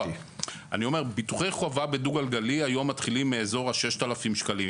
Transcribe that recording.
כלומר ביטוחי חובה בדו גלגלי היום מתחילים מאזור 6,000 שקלים.